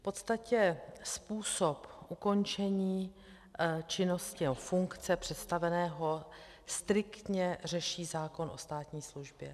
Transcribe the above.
V podstatě způsob ukončení činnosti, nebo funkce představeného striktně řeší zákon o státní službě.